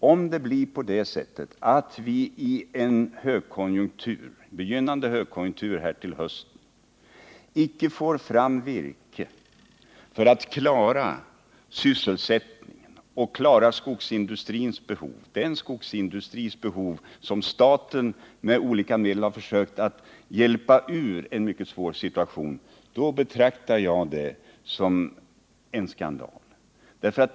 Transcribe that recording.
Om vi i en begynnande högkonjunktur till hösten icke får fram virke för att klara sysselsättningen och klara de behov som föreligger inom den skogsindustri som staten med olika medel har försökt hjälpa ur en mycket svår situation, så betraktar jag det som en stor skandal.